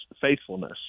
faithfulness